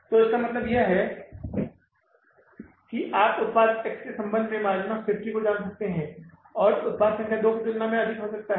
तो इसका मतलब है कि आप उत्पाद X के संबंध में मार्जिन ऑफ़ सेफ्टी को जान सकते हैं कि उत्पाद संख्या दो की तुलना में कितना अधिक है